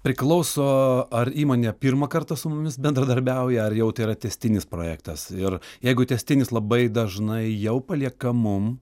priklauso ar įmonė pirmą kartą su mumis bendradarbiauja ar jau tai yra tęstinis projektas ir jeigu tęstinis labai dažnai jau palieka mum